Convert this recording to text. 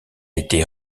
était